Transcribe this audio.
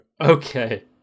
Okay